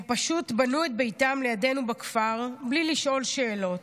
הם פשוט בנו את ביתם לידנו בכפר בלי לשאול שאלות,